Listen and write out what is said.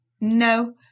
no